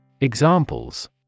Examples